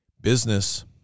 business